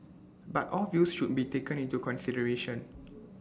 but all views should be taken into consideration